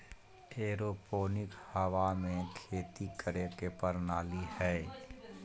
aeroponic हवा में खेती करे के प्रणाली हइ